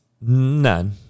None